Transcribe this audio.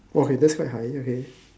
okay that's quite high okay